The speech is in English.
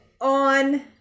on